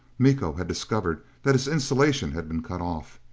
miko had discovered that his insulation had been cut off!